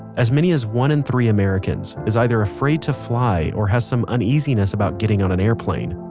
as many as one in three americans is either afraid to fly or has some uneasiness about getting on an airplane.